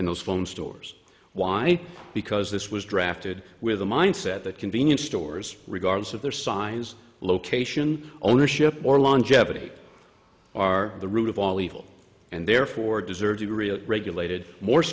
and those phone stores why because this was drafted with a mindset that convenience stores regardless of their size location ownership or longevity are the root of all evil and therefore deserve degree of regulated more